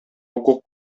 укук